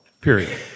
period